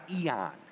eon